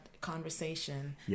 conversation